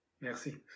Merci